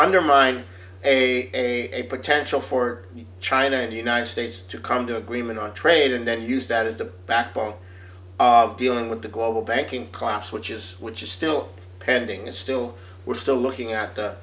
undermine a potential for china and united states to come to agreement on trade and then use that as the backbone of dealing with the global banking collapse which is which is still pending and still we're still looking at th